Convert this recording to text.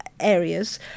Areas